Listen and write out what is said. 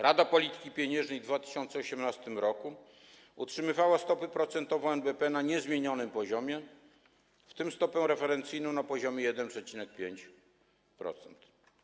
Rada Polityki Pieniężnej w 2018 r. utrzymywała stopy procentowe NBP na niezmienionym poziomie, w tym stopę referencyjną na poziomie 1,5%.